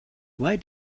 why